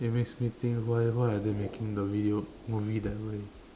it makes me think why why are they making the video movie that way